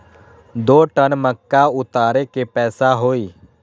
दो टन मक्का उतारे के पैसा का होई?